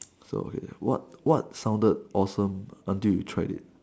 what what sounded awesome until you tried it